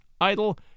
idle